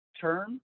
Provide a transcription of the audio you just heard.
term